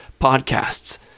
podcasts